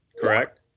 correct